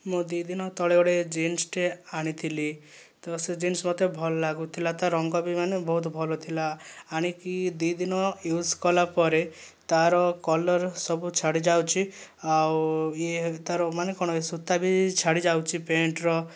ମୁଁ ଦୁଇ ଦିନ ତଳେ ଗୋଟିଏ ଜିନ୍ସଟେ ଆଣିଥିଲି ତ ସେ ଜିନ୍ସ ମୋତେ ଭଲ ଲାଗୁଥିଲା ତା ରଙ୍ଗ ବି ମାନେ ବହୁତ ଭଲଥିଲା ଆଣିକି ଦୁଇ ଦିନ ୟୁଜ୍ କଲାପରେ ତା'ର କଲର୍ ସବୁ ଛାଡ଼ିଯାଉଛି ଆଉ ଇଏ ତା'ର ମାନେ କ'ଣ ସୁତା ବି ଛାଡ଼ିଯାଉଛି ପେଣ୍ଟ୍ ର